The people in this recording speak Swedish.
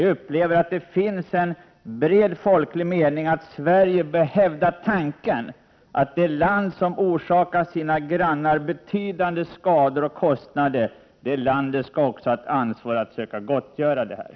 Jag upplever att det finns en bred folklig mening att Sverige bör hävda tanken att det land som orsakar sina grannar betydande skador och kostnader också skall ha ett ansvar att söka gottgöra skadorna.